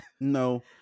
No